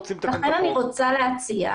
לכן אני רוצה להציע,